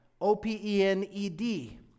O-P-E-N-E-D